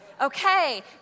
Okay